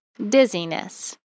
dizziness